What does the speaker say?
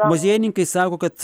muziejininkai sako kad